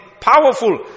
powerful